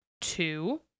Two